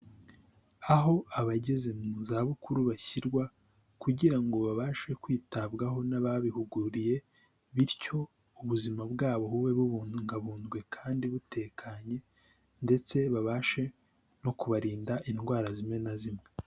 Aho abageze mu zabukuru bashyirwa kugira ngo babashe kwitabwaho n'ababihuguriye bityo ubuzima bwabo bube bubungabunzwe kandi butekanye, ndetse babashe no kubarinda indwara zimwe na zimwe.